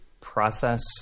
process